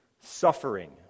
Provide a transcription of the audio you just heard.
suffering